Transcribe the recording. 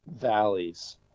valleys